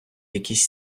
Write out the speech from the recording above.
якісь